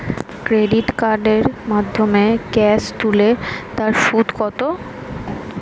Credit কার্ডের মাধ্যমে cash তুলে তার সুদ কত?